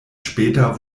später